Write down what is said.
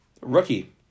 Rookie